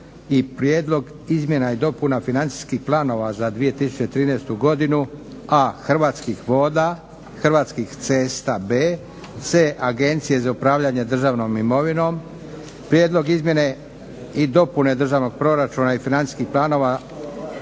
Prijedlog izmjena i dopuna financijskih planova za 2013. godinu: A) Hrvatskih voda B) Hrvatskih cesta C) Agencije za upravljanje državnom imovinom - Prijedlog izmjene i dopune državnog proračuna i financijskih planova